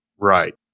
Right